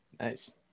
Nice